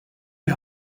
die